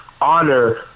honor